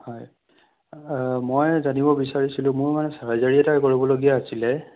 হয় মই জানিব বিচাৰিছিলোঁ মোৰ মানে চাৰ্জাৰি এটা কৰিবলগীয়া আছিলে